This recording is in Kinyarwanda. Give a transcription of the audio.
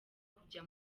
kujya